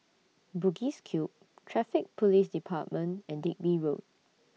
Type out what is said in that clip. Bugis Cube Traffic Police department and Digby Road